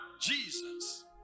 Jesus